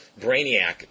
Brainiac